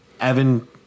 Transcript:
Evan